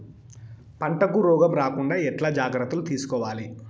పంటకు రోగం రాకుండా ఎట్లా జాగ్రత్తలు తీసుకోవాలి?